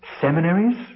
Seminaries